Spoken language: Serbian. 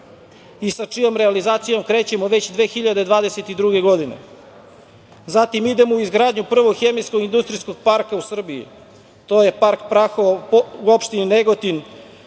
i sa čijom realizacijom krećemo već 2022. godine. Zatim idemo u izgradnju prvog hemijsko-industrijskog parka u Srbiji. To je park Prahovo u opštini Negotin